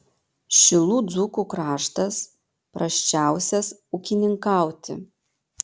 šilų dzūkų kraštas prasčiausias ūkininkauti